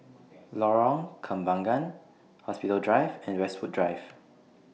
Lorong Kembangan Hospital Drive and Westwood Drive